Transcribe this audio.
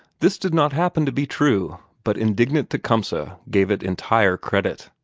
this did not happen to be true, but indignant tecumseh gave it entire credit.